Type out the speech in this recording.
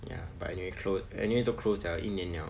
ya but anyway close anyway 都 close liao 一年 liao